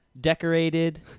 decorated